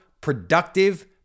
productive